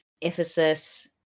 ephesus